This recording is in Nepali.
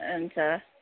हुन्छ